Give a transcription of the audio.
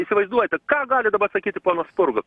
įsivaizduojate ką gali dabar sakyti ponas spurga